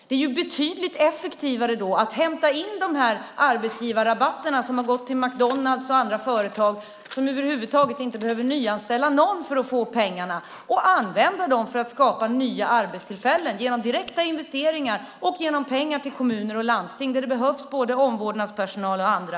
Det är ju betydligt effektivare då att hämta in de arbetsgivarrabatter som har gått till McDonalds och andra företag som inte behöver nyanställa någon för att få pengarna och använda dem för att skapa nya arbetstillfällen genom direkta investeringar och genom pengar till kommuner och landsting, där det behövs både omvårdnadspersonal och andra.